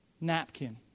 napkin